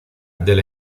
del